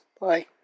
bye